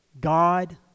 God